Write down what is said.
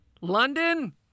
London